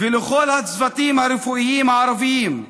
וכל הצוותים הרפואיים הערביים.